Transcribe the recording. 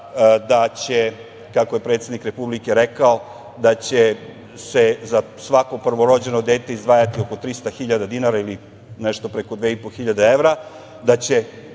da će, kako je predsednik Republike rekao, da će se za svako prvo rođeno dete izdvajati oko 300 hiljada dinara ili nešto preko 2.500 evra, da će